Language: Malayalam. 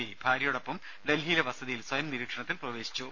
പി ഭാര്യയോടൊപ്പം ഡൽഹിയിലെ വസതിയിൽ സ്വയം നിരീക്ഷണത്തിൽ പ്രവേശിച്ചു